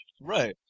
Right